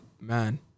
man